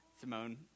Simone